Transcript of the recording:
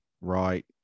right